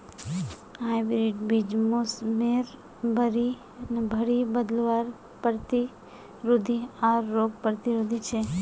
hybrid बीज मोसमेर भरी बदलावर प्रतिरोधी आर रोग प्रतिरोधी छे